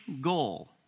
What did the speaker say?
goal